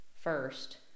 first